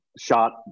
Shot